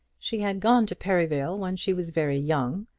she had gone to perivale when she was very young,